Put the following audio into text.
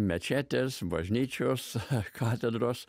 mečetės bažnyčios katedros